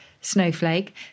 snowflake